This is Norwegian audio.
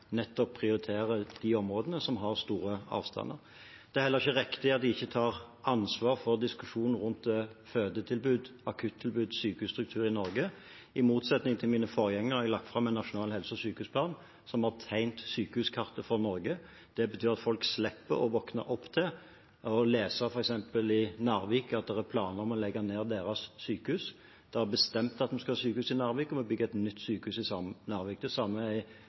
de områdene som har store avstander. Det er heller ikke riktig at jeg ikke tar ansvar for diskusjonen rundt fødetilbud, akuttilbud og sykehusstruktur i Norge. I motsetning til mine forgjengere har jeg lagt fram en nasjonal helse- og sykehusplan som har tegnet sykehuskartet for Norge. Det betyr at folk slipper å våkne opp til å lese, f.eks. i Narvik, at det er planer om å legge ned deres sykehus. Det er bestemt at vi skal ha sykehus i Narvik, og vi bygger et nytt sykehus i Narvik. Det samme